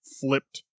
flipped